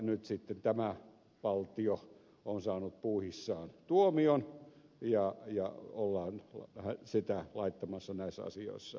nyt sitten tämä valtio on saanut puuhissaan tuomion ja ollaan sitä laittamassa näissä asioissa järjestykseen